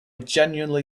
generally